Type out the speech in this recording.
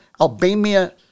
Albania